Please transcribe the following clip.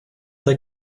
they